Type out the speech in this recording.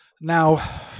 Now